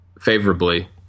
favorably